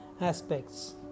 aspects